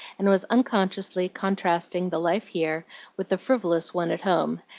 and was unconsciously contrasting the life here with the frivolous one at home,